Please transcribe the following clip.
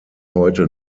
heute